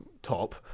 top